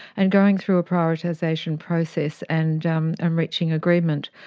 and going through a prioritisation process and um and reaching agreement.